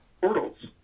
portals